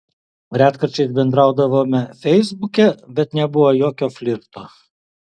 retkarčiais bendraudavome feisbuke bet nebuvo jokio flirto